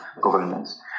governments